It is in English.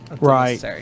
right